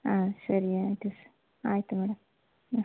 ಹಾಂ ಸರಿ ಆಯಿತು ಆಯಿತು ಮೇಡಮ್ ಹ್ಞೂ